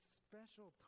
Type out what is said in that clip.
special